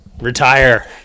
Retire